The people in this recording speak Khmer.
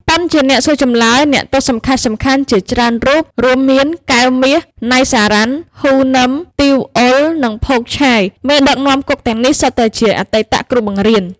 ប៉ុន ជាអ្នកសួរចម្លើយអ្នកទោសសំខាន់ៗជាច្រើនរូបរួមមាន កែវ មាស, ណៃ សារ៉ាន់, ហ៊ូ នឹម, ទីវ អុល និង ភោគ ឆាយ មេដឹកនាំគុកទាំងនេះសុទ្ធតែជាអតីតគ្រូបង្រៀន ។